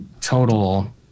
total